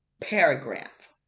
paragraph